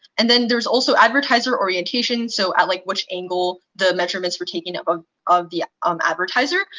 and then there's also advertiser orientation, so at, like, which angle the measurements were taken of ah of the um advertiser.